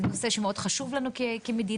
נושא שמאוד חשוב לנו כמדינה,